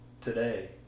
today